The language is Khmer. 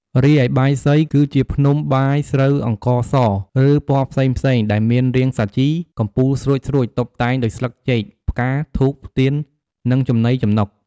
រីឯបាយសី គឺជាភ្នំបាយស្រូវអង្ករស ឬពណ៌ផ្សេងៗ ដែលមានរាងសាជី កំពូលស្រួចៗ តុបតែងដោយស្លឹកចេក ផ្កា ធូប ទៀន និងចំណីចំណុក។